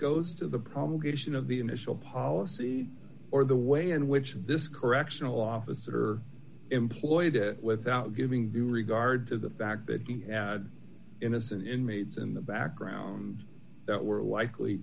of the initial policy or the way in which this correctional officer employed it without giving due regard to the fact that he had innocent inmates in the background that were likely